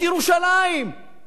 מה יש לה להסתדרות